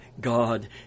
God